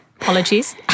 apologies